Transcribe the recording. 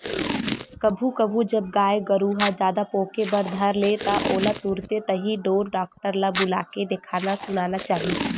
कभू कभू जब गाय गरु ह जादा पोके बर धर ले त ओला तुरते ताही ढोर डॉक्टर ल बुलाके देखाना सुनाना चाही